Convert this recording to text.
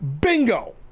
Bingo